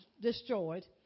destroyed